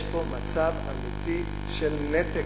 יש פה מצב אמיתי של נתק,